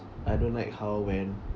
I don't like how when